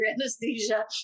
anesthesia